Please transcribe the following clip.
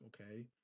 okay